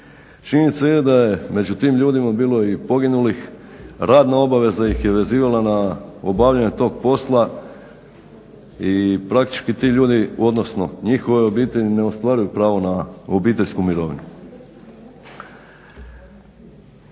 Činjenica je, da je među tim ljudima bilo i poginulih, radna obaveza ih je vezivala na obavljanje tog posla i praktički ti ljudi, odnosno njihove obitelji ne ostvaruju pravo na obiteljsku mirovinu.